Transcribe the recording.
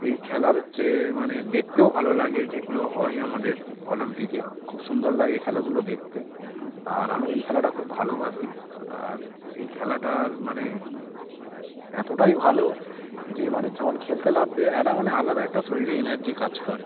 এই খেলার হচ্ছে মানে দেখতেও ভালো লাগে যেগুলো হয় আমাদের অলিম্পিকে খুব সুন্দর লাগে খেলাগুলো দেখতে আর আমি এই খেলাটা খুব ভালোবাসি আর এই খেলাটার মানে এতটাই ভালো যে মানে যখন খেলতে নামবে একটা মানে আলাদা একটা শরীরে এনার্জি কাজ করে